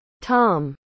Tom